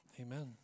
amen